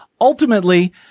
Ultimately